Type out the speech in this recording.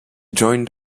joined